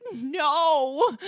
no